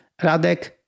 Radek